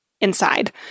inside